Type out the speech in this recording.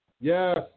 Yes